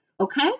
Okay